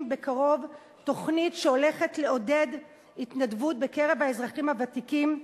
בקרוב תוכנית שתעודד התנדבות בקרב האזרחים הוותיקים,